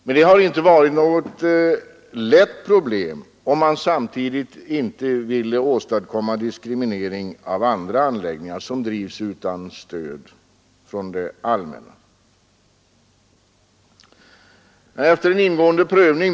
Men det har inte varit något lätt problem, om man samtidigt vill undvika diskriminering av andra anläggningar som drivs utan stöd från det allmänna. Vi har gjort en ingående prövning.